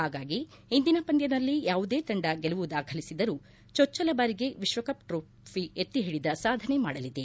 ಹಾಗಾಗಿ ಇಂದಿನ ಪಂದ್ಯದಲ್ಲಿ ಯಾವುದೇ ತಂಡ ಗೆಲುವು ದಾಖಲಿಸಿದರೂ ಚೊಚ್ಚಲ ಬಾರಿಗೆ ವಿಶ್ವಕಪ್ ಟ್ರೋಫಿ ಎತ್ತಿಹಿಡಿದ ಸಾಧನೆ ಮಾಡಲಿದೆ